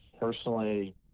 personally